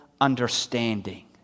understanding